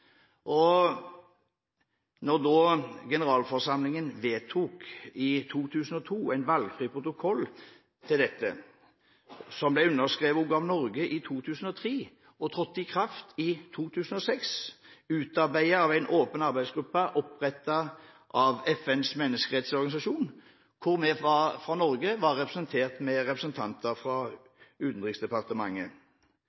straff. Når generalforsamlingen vedtok i 2002 en valgfri protokoll til dette, som ble underskrevet av Norge i 2003 og trådte i kraft i 2006, utarbeidet av en åpen arbeidsgruppe opprettet av FNs menneskerettighetsorganisasjon, hvor vi fra Norge var representert med representanter fra